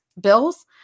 bills